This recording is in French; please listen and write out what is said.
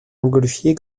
montgolfier